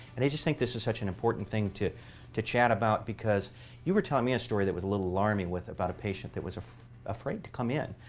and they just think this is such an important thing to to chat about because you were telling me a story that was a little alarming about a patient that was ah afraid to come in.